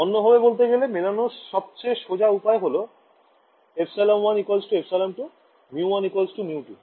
অন্যভাবে বলতে গেলে মেলানোর সবচেয়ে সোজা উপায় হল ε1 ε2 μ1 μ2